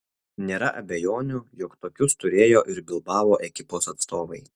nėra abejonių jog tokius turėjo ir bilbao ekipos atstovai